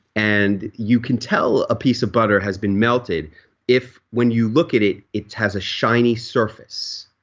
and you can tell a piece of butter has been melted if when you look at it it has a shiny surface.